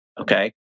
Okay